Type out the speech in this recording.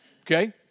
Okay